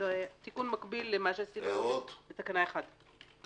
זה תיקון מקביל למה שעשינו בתקנה 1. הערות?